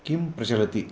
किं प्रचलति